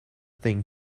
think